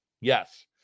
Yes